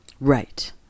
Right